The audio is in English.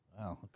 Wow